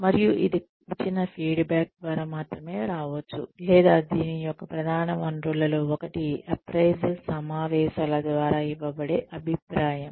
మరియు ఇది ఇచ్చిన ఫీడ్బ్యాక్ ద్వారా మాత్రమే రావచ్చు లేదా దీని యొక్క ప్రధాన వనరులలో ఒకటి అప్రైసల్ సమావేశాల ద్వారా ఇవ్వబడే అభిప్రాయం